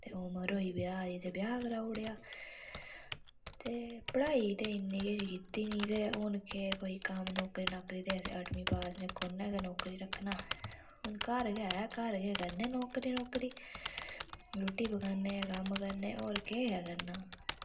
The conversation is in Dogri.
ते उम्र होई ब्याह दी ते ब्याह कराऊ उड़ेआ ते पढ़ाई ते इन्नी किश कीती नी ते हुन केह् कोई कम्म नौकरी नाकरी ते अठमीं पास ते कुन्ने के नौकरी रक्खना हुन घर के ऐ घर के करने नौकरी नाकरी रूट्टी पकाने कम्म करने और केह् करना